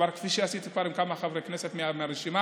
כפי שכבר עשיתי עם כמה חברי כנסת מהרשימה,